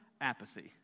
apathy